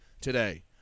today